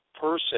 person